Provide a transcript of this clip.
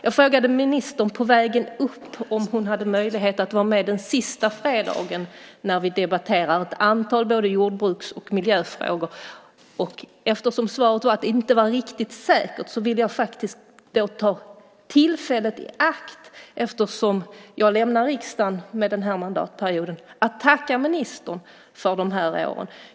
Jag frågade ministern på vägen upp om hon hade möjlighet att vara med den sista fredagen när vi debatterar ett antal jordbruks och miljöfrågor. Eftersom svaret var att det inte var riktigt säkert, vill jag ta tillfället i akt, eftersom jag lämnar riksdagen efter den här mandatperioden, att tacka ministern för de här åren.